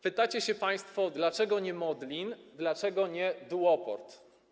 Pytacie państwo, dlaczego nie Modlin, dlaczego nie duoport.